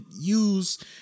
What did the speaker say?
use